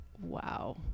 Wow